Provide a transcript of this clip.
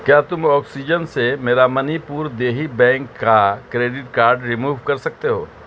کیا تم آکسیجن سے میرا منی پور دیہی بینک کا کریڈٹ کارڈ رموو کر سکتے ہو